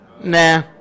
Nah